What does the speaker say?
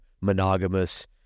Monogamous